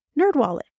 Nerdwallet